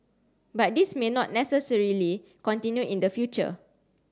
but this may not necessarily continue in the future